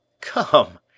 Come